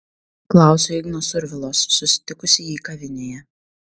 klausiu igno survilos susitikusi jį kavinėje